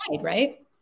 right